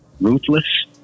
ruthless